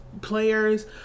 players